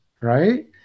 right